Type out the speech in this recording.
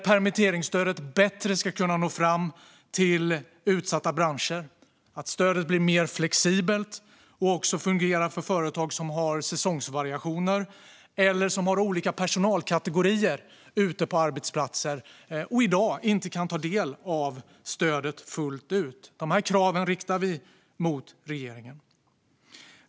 Permitteringsstödet måste nå fram bättre till utsatta branscher och bli mer flexibelt så att det även fungerar för de företag som har säsongsvariationer eller som har olika personalkategorier ute på arbetsplatser och i dag inte kan ta del av stödet fullt ut. Dessa krav riktar vi till regeringen.